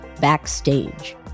Backstage